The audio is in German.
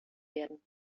werden